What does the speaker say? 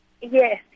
Yes